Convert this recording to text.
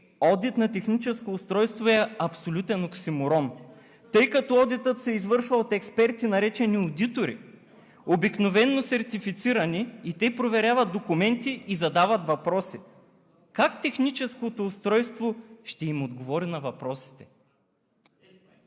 „одит на техническо устройство“ е абсолютен оксиморон, тъй като одитът се извършва от експерти, наречени одитори, обикновено сертифицирани, и те проверяват документи и задават въпроси. Как техническото устройство ще им отговори на въпросите?